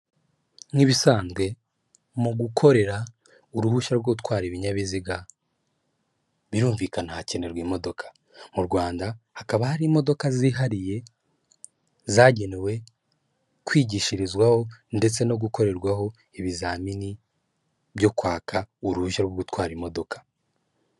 Nk'ibisanzwe mu gukorera uruhushya rwo gutwara ibinyabiziga birumvikana hakenerwa imodoka, mu Rwanda hakaba hari imodoka zihariye zagenewe kwigishirizwaho ndetse no gukorerwaho ibizamini byo kwaka uruhushya rwo gutwara imodoka.